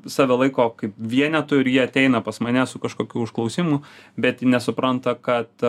save laiko kaip vienetu ir jie ateina pas mane su kažkokiu užklausimu bet nesupranta kad